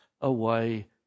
away